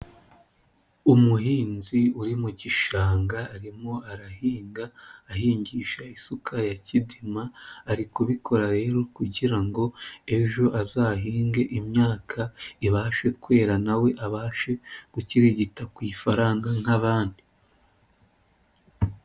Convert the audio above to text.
Umuhinzi uri mu gishanga arimo arahinga, ahingisha isuka ya kidima, ari kubikora rero kugira ngo ejo azahinge imyaka ibashe kwera, na we abashe gukirigita ku ifaranga nk'abandi.